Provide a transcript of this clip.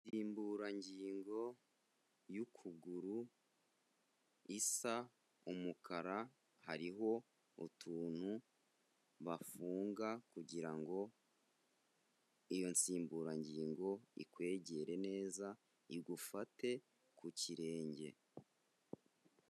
Insimburangingo y'ukuguru isa umukara, hariho utuntu bafunga kugira ngo iyo nsimburangingo ikwegere neza, igufate ku kirenge.